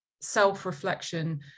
self-reflection